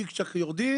צ'יק צ'ק יורדים,